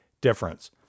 difference